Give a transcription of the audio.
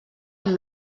amb